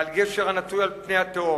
מעליו גשר הנטוי על פני התהום.